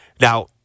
Now